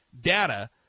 data